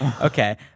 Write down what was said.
Okay